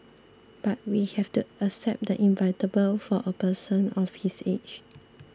but we have to accept the inevitable for a person of his age